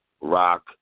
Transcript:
Rock